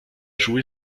joué